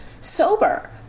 sober